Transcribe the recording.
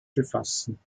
befassen